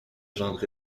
gendre